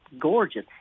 gorgeous